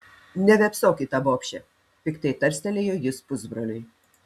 nevėpsok į tą bobšę piktai tarstelėjo jis pusbroliui